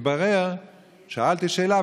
שאלתי שאלה,